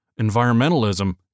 Environmentalism